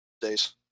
days